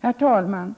Herr talman!